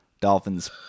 Dolphins